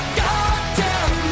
goddamn